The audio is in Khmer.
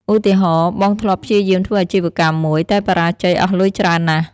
ឧទាហរណ៍ បងធ្លាប់ព្យាយាមធ្វើអាជីវកម្មមួយ តែបរាជ័យអស់លុយច្រើនណាស់។